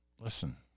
listen